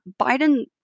Biden